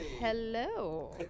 Hello